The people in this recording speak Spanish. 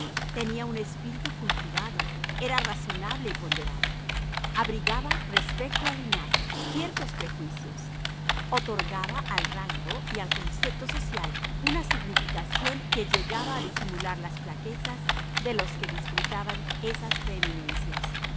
tenía un espíritu cultivado era razonable y ponderada abrigaba respecto al linaje ciertos prejuicios otorgaba al rango y al concepto social una significación que llegaba a disimular las flaquezas de los que disfrutaban esas preeminencias